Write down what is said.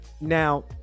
now